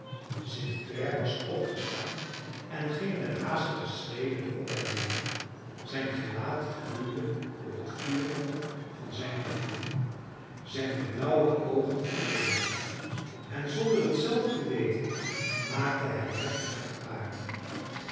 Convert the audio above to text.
st clare was opgestaan en ging met haastige schreden op en neer zijn gelaat gloeide door het vurige van zijn gevoel zijne blauwe oogen flikkerden en zonder het zelf te weten maakte hij heftige gebaren